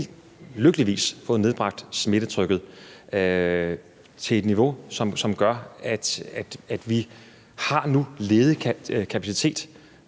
lykkeligvis fået nedbragt smittetrykket til et niveau, som gør, at vi nu har ledig kapacitet,